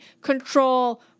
control